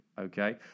okay